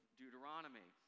Deuteronomy